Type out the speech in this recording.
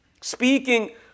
speaking